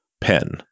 pen